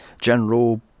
General